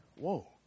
Whoa